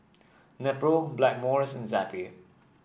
Nepro Blackmores and Zappy